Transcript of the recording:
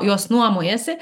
jos nuomojasi